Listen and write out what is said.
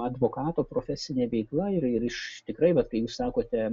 advokato profesinė veikla ir ir iš tikrai vat kai jūs sakote